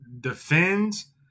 defends